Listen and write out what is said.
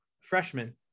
freshman